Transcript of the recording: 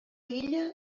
illa